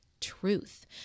truth